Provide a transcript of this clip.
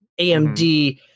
AMD